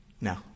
No